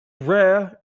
rare